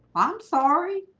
ah i'm sorry